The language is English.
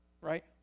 Right